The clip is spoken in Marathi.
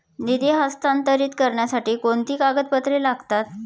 निधी हस्तांतरित करण्यासाठी कोणती कागदपत्रे लागतात?